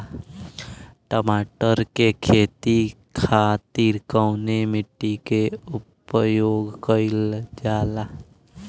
टमाटर क खेती खातिर कवने मिट्टी के उपयोग कइलजाला?